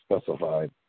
specified